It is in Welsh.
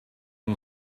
yng